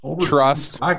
Trust